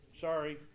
Sorry